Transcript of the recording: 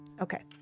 Okay